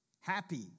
Happy